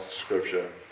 scripture